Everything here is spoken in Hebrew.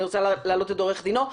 אני רוצה להעלות את עורך דינו.